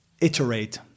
iterate